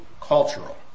cultural